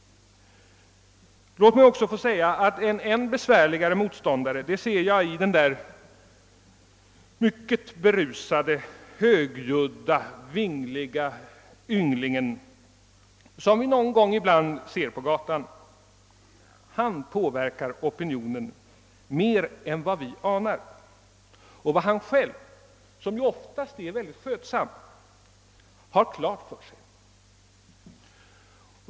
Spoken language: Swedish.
Låt mig också få säga att en ännu besvärligare motståndare ser jag i den där kraftigt berusade, högljudda och vingliga ynglingen som vi någon gång ser på gatan. Han påverkar opinionen mer än vi anar och vad han själv — som oftast är mycket skötsam — har klart för sig.